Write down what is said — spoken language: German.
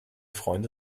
freunde